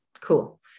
Cool